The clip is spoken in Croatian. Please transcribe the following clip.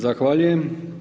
Zahvaljujem.